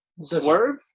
Swerve